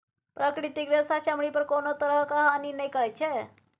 प्राकृतिक रेशा चमड़ी पर कोनो तरहक हानि नहि करैत छै